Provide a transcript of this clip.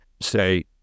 say